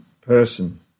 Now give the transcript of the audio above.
person